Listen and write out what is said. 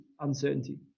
uncertainty